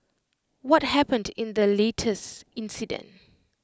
what happened in the latest incident